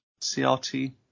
CRT